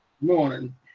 morning